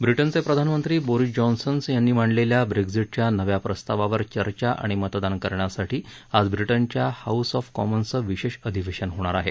ब्रिटनचे प्रधानमंत्री Boris Johnson यांनी मांडलेल्या ब्रेक्झिटच्या नव्या प्रस्तावावर चर्चा आणि मतदान करण्यासाठी आज ब्रिटनच्या हाऊस ऑफ कॉमन्सचं विशेष अधिवेशन होणार आहे